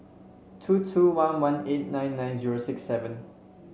two two one one eight nine nine zero six seven